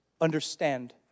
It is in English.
understand